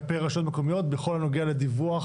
שזה כלי לרשויות מקומיות בכל הנוגע לדיווח,